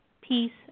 peace